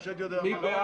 והשד יודע מה עוד.